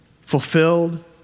fulfilled